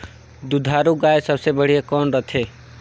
दुधारू गाय सबले बढ़िया कौन रथे?